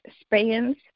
spans